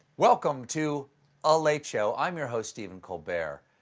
welcome to a late show. i'm your host stephen colbert.